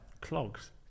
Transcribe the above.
Clogs